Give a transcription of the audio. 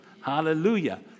Hallelujah